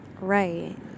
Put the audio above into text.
Right